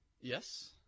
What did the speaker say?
Yes